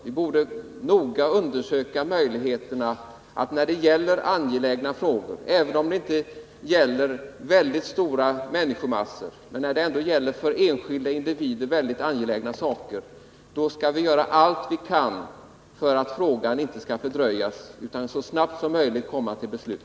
Vi borde göra allt vi kan för att angelägna frågor så snabbt som möjligt skall komma till beslut.